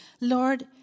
Lord